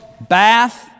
bath